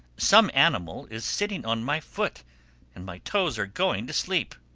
some animal is sitting on my foot and my toes are going to sleep.